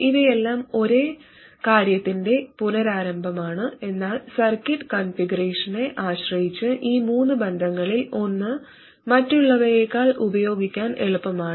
ഇവയെല്ലാം ഒരേ കാര്യത്തിന്റെ പുനരാരംഭമാണ് എന്നാൽ സർക്യൂട്ട് കോൺഫിഗറേഷനെ ആശ്രയിച്ച് ഈ മൂന്ന് ബന്ധങ്ങളിൽ ഒന്ന് മറ്റുള്ളവയേക്കാൾ ഉപയോഗിക്കാൻ എളുപ്പമാണ്